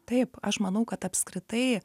taip aš manau kad apskritai